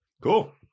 Cool